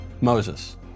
Moses